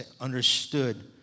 understood